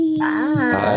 Bye